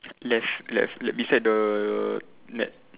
left left like beside the net